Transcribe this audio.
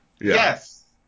yes